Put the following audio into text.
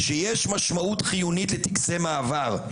שיש משמעות חיונית לטקסי מעבר.